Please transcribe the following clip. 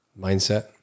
Mindset